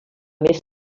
més